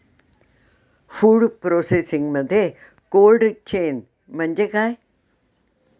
Food प्रोसेसिंगमध्ये cold chain म्हणजे काय?